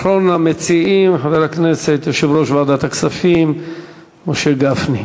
אחרון המציעים, יושב-ראש ועדת הכספים חבר הכנסת